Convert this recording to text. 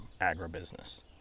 agribusiness